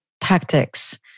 tactics